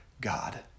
God